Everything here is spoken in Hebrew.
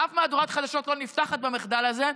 ואף מהדורת חדשות לא נפתחת במחדל הזה,